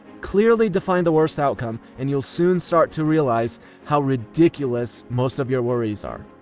clearly define the worst outcome, and you'll soon start to realize how ridiculous most of your worries are,